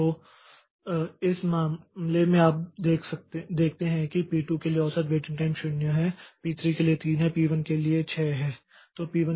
तो इस मामले में आप देखते हैं कि पी 2 के लिए औसत वेटिंग टाइम 0 है पी 3 के लिए 3 है पी 1 के लिए है यह मूल रूप से 6 है